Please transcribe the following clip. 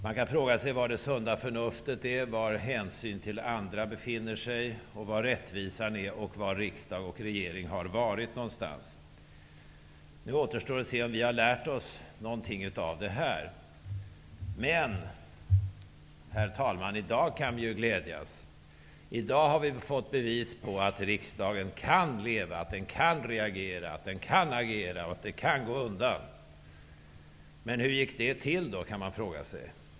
Man kan fråga sig var det sunda förnuftet, hänsynen till andra människor och rättvisan finns, och man kan fråga sig var riksdag och regering har funnits någonstans. Nu återstår att se om vi har lärt oss någonting av detta. Men, herr talman, i dag kan vi ju glädjas. I dag har vi fått bevis för att riksdagen kan leva, reagera och agera, och att det kan gå undan. Men hur gick det då till, kan man fråga sig.